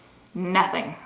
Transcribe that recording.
nothing.